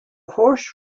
horse